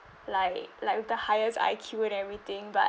like like with the highest I_Q and everything but